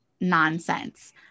nonsense